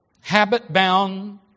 habit-bound